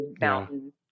mountain